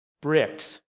bricks